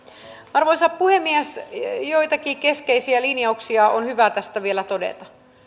arvoisa puhemies joitakin keskeisiä linjauksia on hyvä tästä vielä todeta